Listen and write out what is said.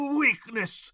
weakness